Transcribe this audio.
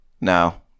No